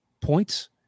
points